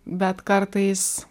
bet kartais